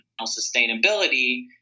sustainability